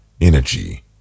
energy